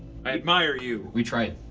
i admire you! we tried,